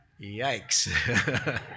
Yikes